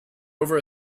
over